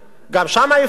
גם שם יפתחו,